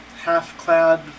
half-clad